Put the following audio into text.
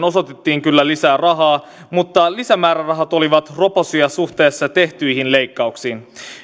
osoitettiin kyllä lisää rahaa mutta lisämäärärahat olivat roposia suhteessa tehtyihin leikkauksiin